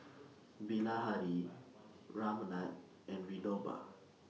Bilahari Ramnath and Vinoba